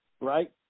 right